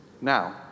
Now